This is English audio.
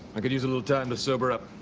i could use a little time to sober up.